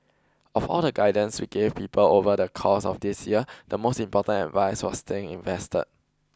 of all the guidance we gave people over the course of this year the most important advice was staying invested